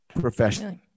professional